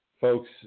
folks